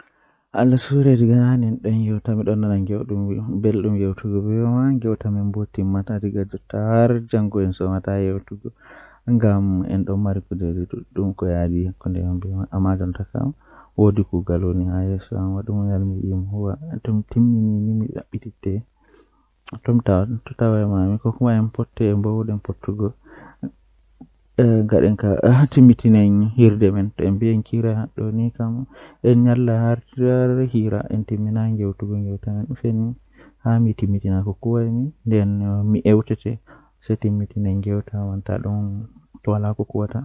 Eh ndikka jannga haala ceede Ko sabu ngal, yimɓe foti waawi sosde noyiɗɗo e laawol tawa leydi e nder caɗeele. Economics e finance no waawi heɓugol maɓɓe ngal on, ko fayde ɗum e tawti caɗeele e noyiɗɗo e keewɗi ngam ngoodi. Kono, waɗde economics e finance no waawi njama faami ko moƴƴi e ɓe waɗtudee firtiimaaji ngal e ngal hayɓe.